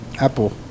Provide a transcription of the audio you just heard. apple